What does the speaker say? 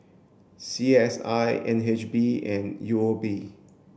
C S I N H B and U O B